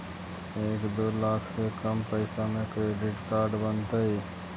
एक दू लाख से कम पैसा में क्रेडिट कार्ड बनतैय?